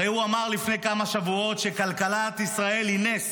הרי הוא אמר לפני כמה שבועות שכלכלת ישראל היא נס.